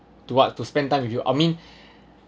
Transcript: to what to spend time with you I mean